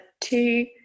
two